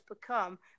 become